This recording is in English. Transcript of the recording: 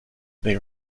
they